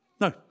No